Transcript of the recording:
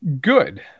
Good